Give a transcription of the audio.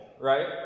right